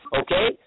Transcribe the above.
Okay